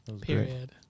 Period